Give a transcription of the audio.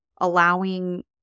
Allowing